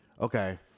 Okay